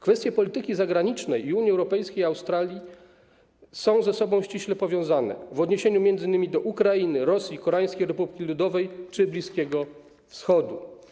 Kwestie polityki zagranicznej Unii Europejskiej i Australii są ze sobą ściśle powiązane w odniesieniu m.in. do Ukrainy, Rosji, Koreańskiej Republiki Ludowo-Demokratycznej czy Bliskiego Wschodu.